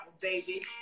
baby